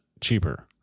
cheaper